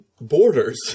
borders